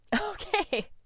okay